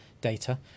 data